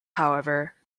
however